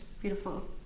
Beautiful